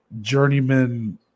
journeyman